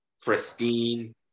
pristine